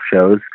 shows